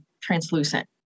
translucent